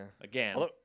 again